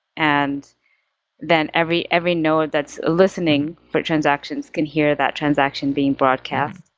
and then every every node that's listening for transactions can hear that transaction being broadcast.